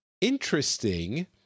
interesting